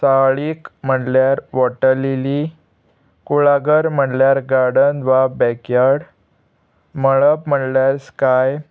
साळीक म्हणल्यार water lily कुळागर म्हळ्यार गार्डन वा बॅकयार्ड मळब म्हणल्यार स्काय